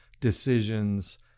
decisions